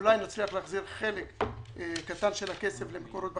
אולי נצליח להחזיר חלק קטן של הכסף למקורות בחזרה.